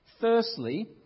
Firstly